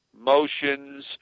motions